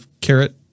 carrot